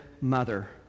mother